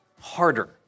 harder